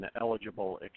eligible